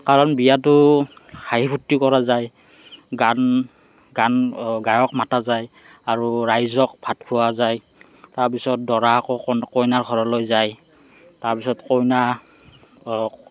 কাৰণ বিয়াতো হাঁহি ফূৰ্তি কৰা যায় গান গান গায়ক মাতা যায় আৰু ৰাইজক ভাত খোওৱা যায় তাৰ পিছত দৰা আকৌ ক কইনাৰ ঘৰলৈ যায় তাৰ পিছত কইনা